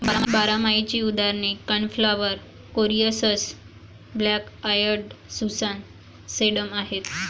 बारमाहीची उदाहरणे cornflower, coreopsis, black eyed Susan, sedum आहेत